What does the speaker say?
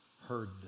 heard